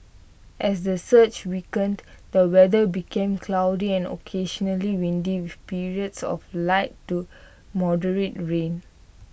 as the surge weakened the weather became cloudy and occasionally windy with periods of light to moderate rain